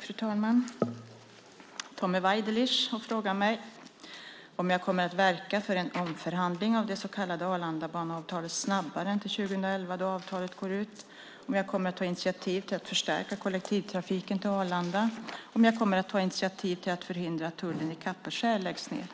Fru talman! Tommy Waidelich har frågat mig om jag kommer att verka för en omförhandling av det så kallade Arlandabaneavtalet snabbare än till 2011 då avtalet går ut, om jag kommer att ta initiativ till att förstärka kollektivtrafiken till Arlanda och om jag kommer att ta initiativ till att förhindra att tullen i Kapellskär läggs ned.